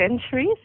centuries